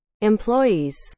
employees